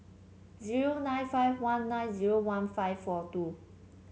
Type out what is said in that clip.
zero nine five one nine zero one five four two